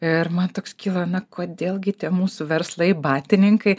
ir man toks kyla na kodėl gi tie mūsų verslai batininkai